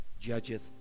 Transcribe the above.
judgeth